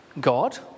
God